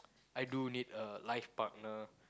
I do need a life partner